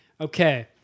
Okay